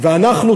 ואנחנו,